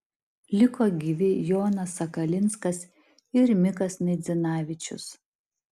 liko gyvi jonas sakalinskas ir mikas naidzinavičius